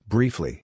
Briefly